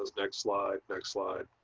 ah next slide. next slide.